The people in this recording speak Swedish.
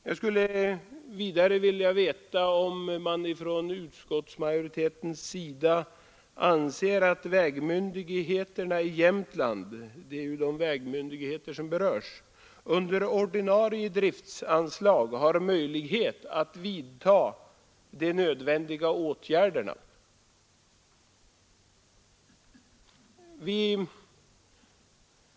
Jag skulle vidare vilja veta om man från utskottsmajoritetens sida anser att vägmyndigheterna i Jämtland under ordinarie driftsanslag har möjlighet att vidta de nödvändiga åtgärderna.